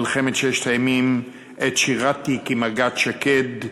מלחמת ששת הימים, עת שירתי כמג"ד שקד,